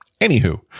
Anywho